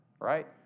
right